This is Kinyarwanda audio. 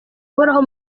uhoraho